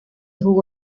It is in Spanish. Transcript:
jugó